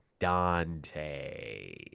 Dante